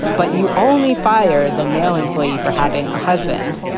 but you only fire the male employee for having a husband,